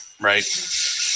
Right